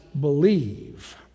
believe